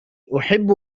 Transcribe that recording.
أحب